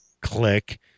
Click